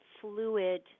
fluid